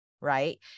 Right